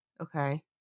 Okay